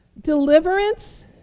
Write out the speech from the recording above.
deliverance